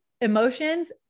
emotions